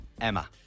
Emma